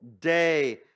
day